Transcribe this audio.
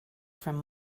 from